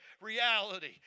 reality